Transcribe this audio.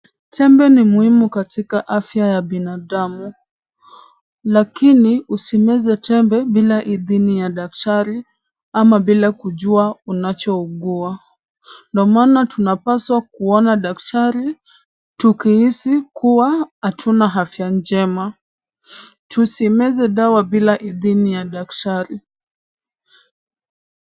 Tembe ni muhimu katika afya ya binadamu. Lakini usimeze tembe bila idhini ya daktari ama bila kujua ni nini unachougua. Ndio maana tunapaswa kuona daktari tukihisi kuwa hatuna afya njema. Tusimeze dawa bila idhini ya daktari.